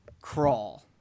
Crawl